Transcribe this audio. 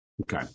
Okay